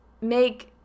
make